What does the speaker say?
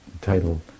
title